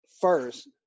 first